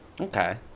Okay